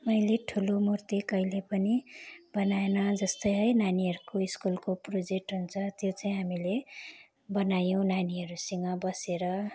मैले ठुलो मूर्ति कहिल्यै पनि बनाइन जस्तै है नानीहरूको स्कुलको प्रोजेक्ट हुन्छ त्यो चाहिँ हामीले बनायौँ नानीहरूसँग बसेर